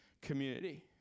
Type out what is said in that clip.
community